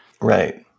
Right